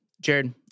Jared